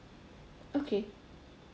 okay